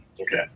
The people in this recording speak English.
Okay